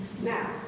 Now